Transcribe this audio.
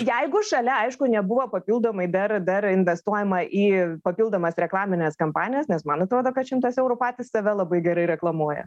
jeigu šalia aišku nebuvo papildomai dar dar investuojama į papildomas reklamines kampanijas nes man atrodo kad šimtas eurų patys save labai gerai reklamuoja